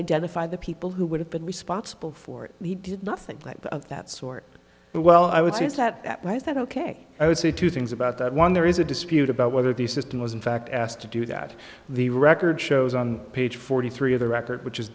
identify the people who would have been responsible for it and he did nothing that the of that sort but well i would say is that is that ok i would say two things about that one there is a dispute about whether the system was in fact asked to do that the record shows on page forty three of the record which is